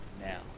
now